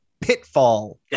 pitfall